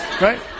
Right